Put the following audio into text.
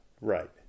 right